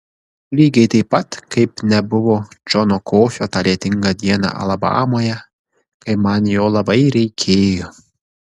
lygiai taip pat kaip nebuvo džono kofio tą lietingą dieną alabamoje kai man jo labai reikėjo